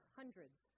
hundreds